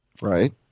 Right